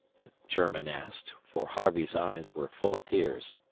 german asked, for harvey's eyes were full of tears.